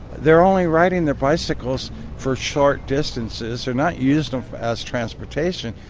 they're only riding their bicycles for short distances, they're not using them as transportation